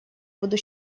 буду